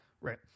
right